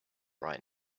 right